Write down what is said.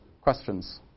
questions